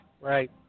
right